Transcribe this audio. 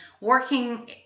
working